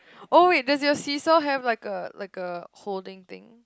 oh wait does your see saw have like a like a holding thing